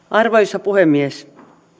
arvoisa puhemies